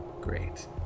great